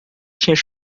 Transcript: tinha